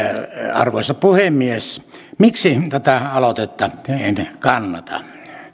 arvoisa puhemies miksi tätä aloitetta en kannata